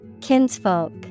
Kinsfolk